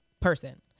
person